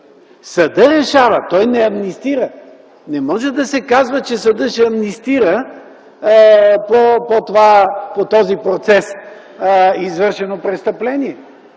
Съдът решава, той не амнистира. Не може да се казва, че съдът ще амнистира по този процес извършено престъпление.